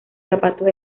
zapatos